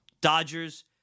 Dodgers